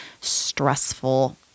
stressful